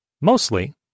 Mostly